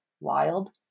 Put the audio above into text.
wild